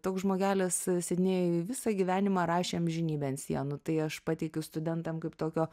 toks žmogelis sidnėjuj visą gyvenimą rašė amžinybę ant sienų tai aš pateikiu studentam kaip tokio